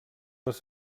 les